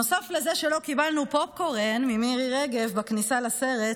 נוסף לזה שלא קיבלנו פופקורן ממירי רגב בכניסה לסרט,